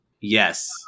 Yes